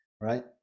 right